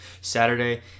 Saturday